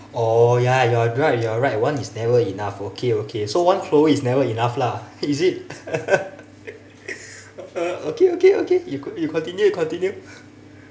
oh ya you're right you're right one is never enough okay okay so one chloe is never enough lah is it ah okay okay okay you continue you continue